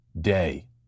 day